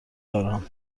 دارم